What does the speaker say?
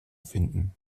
finden